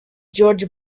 george